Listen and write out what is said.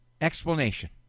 explanation